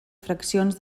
fraccions